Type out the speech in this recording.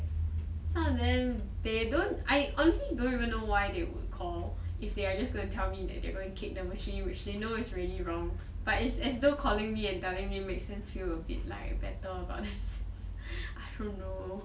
some of them they don't honestly I don't even know why they would call if they are just gonna tell me that they gonna kick the machine which they know is already wrong but it's as though calling me and telling me makes them feel a bit like better about themselves I don't know